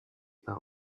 par